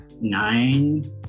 nine